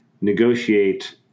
negotiate